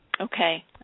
Okay